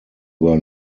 were